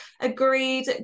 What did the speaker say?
agreed